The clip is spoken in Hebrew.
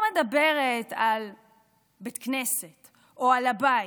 אני לא מדברת על בית כנסת או על הבית,